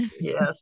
Yes